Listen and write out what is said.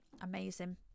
amazing